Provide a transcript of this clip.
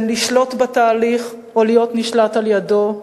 בין לשלוט בתהליך או להיות נשלט על-ידו,